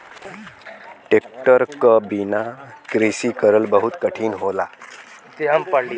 tractor क बिना कृषि करल बहुत कठिन होला